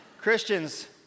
Christians